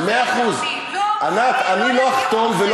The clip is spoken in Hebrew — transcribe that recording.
אני לפני שנה ישבתי בפאנל עם אש"ף, מאה אחוז.